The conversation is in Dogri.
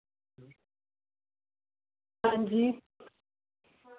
हां जी